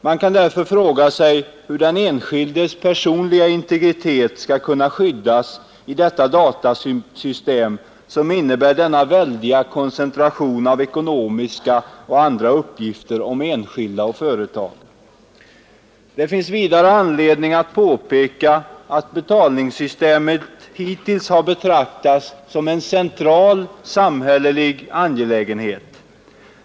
Man kan därför fråga sig hur den enskildes personliga integritet skall kunna skyddas i ett datasystem som innebär en sådan väldig koncentration av ekonomiska och andra uppgifter om enskilda och företag. Det finns vidare anledning påpeka att betalningssystemet hittills har betraktats som en central samhällelig angelägenhet.